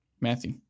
Matthew